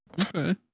okay